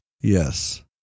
Yes